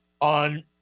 on